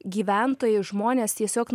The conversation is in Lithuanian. gyventojai žmonės tiesiog